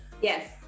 Yes